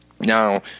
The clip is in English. Now